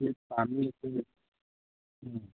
ꯁꯤ ꯄꯥꯝꯃꯤ ꯁꯤ ꯎꯝ